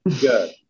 Good